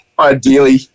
Ideally